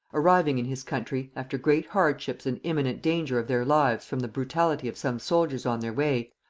arriving in his country, after great hardships and imminent danger of their lives from the brutality of some soldiers on their way,